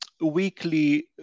weekly